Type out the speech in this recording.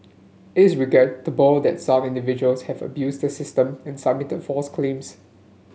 it's regrettable that some individuals have abused the system and submitted false claims